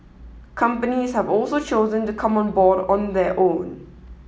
companies have also chosen to come on board on their own